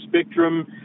spectrum